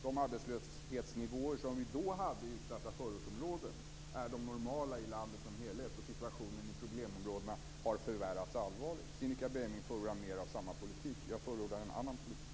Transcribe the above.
De arbetslöshetsnivåer som vi då hade i utsatta förortsområden är nu de normala i landet som helhet, och situationen i problemområdena har allvarligt förvärrats. Cinnika Beiming förordar mer av samma politik. Jag förordar en annan politik.